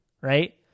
right